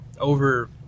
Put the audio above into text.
over